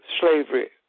slavery